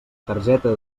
targeta